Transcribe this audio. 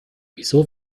wieso